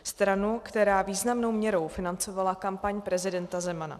Stranu, která významnou měrou financovala kampaň prezidenta Zemana.